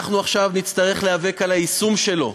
אנחנו עכשיו נצטרך להיאבק על היישום שלו.